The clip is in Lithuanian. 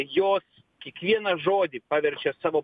jos kiekvieną žodį paverčia savo